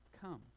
come